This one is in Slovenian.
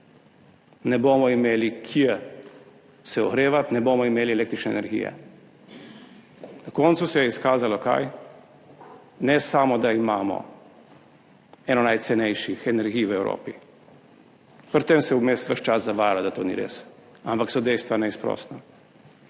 ne bomo se imeli kje ogrevati, ne bomo imeli električne energije. Na koncu se je izkazalo – kaj? Ne samo da imamo eno najcenejših energij v Evropi, pri tem se je vmes ves čas zavajalo, da to ni res, ampak so dejstva neizprosna,